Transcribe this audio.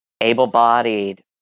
Able-bodied